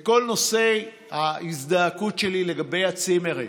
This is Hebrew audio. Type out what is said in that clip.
כל נושא ההזדעקות שלי לגבי הצימרים.